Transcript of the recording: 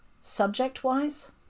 subject-wise